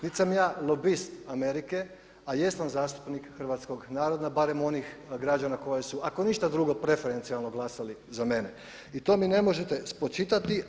Niti sam ja lobist Amerike, a jesam zastupnik hrvatskog naroda, barem onih građana koji su ako ništa drugo preferencijalno glasali za mene i to mi ne možete spočitati.